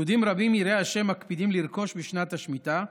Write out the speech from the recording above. יהודים רבים יראי ה' מקפידים לרכוש בשנת השמיטה,